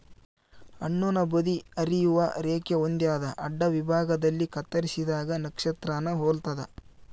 ಹಣ್ಣುನ ಬದಿ ಹರಿಯುವ ರೇಖೆ ಹೊಂದ್ಯಾದ ಅಡ್ಡವಿಭಾಗದಲ್ಲಿ ಕತ್ತರಿಸಿದಾಗ ನಕ್ಷತ್ರಾನ ಹೊಲ್ತದ